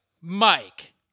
Mike